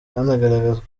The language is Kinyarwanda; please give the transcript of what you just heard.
hanagaragazwa